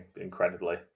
incredibly